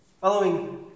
following